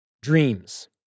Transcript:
Dreams